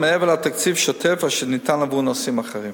מעבר לתקציב השוטף אשר ניתן עבור נושאים אחרים,